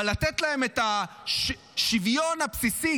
אבל לתת להם את השוויון הבסיסי,